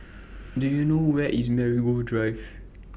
Do YOU know Where IS Marigold Drive